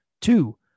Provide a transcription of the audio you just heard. Two